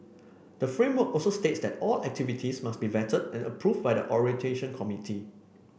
the framework also states that all activities must be vetted and approved by the orientation committee